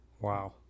wow